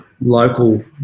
local